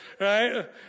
right